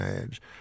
age